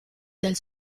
del